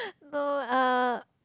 no uh